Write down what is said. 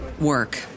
work